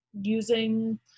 using